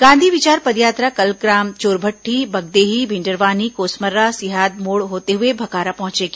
गांधी विचार पदयात्रा कल ग्राम चोरभट्ठी बगदेही भिंडरवानी कोसमर्रा सिहादमोड़ होते हुए भखारा पहुंचेगी